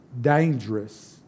dangerous